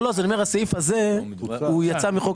ה-200,000.